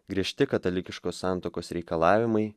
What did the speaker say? griežti katalikiškos santuokos reikalavimai